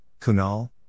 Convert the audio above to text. Kunal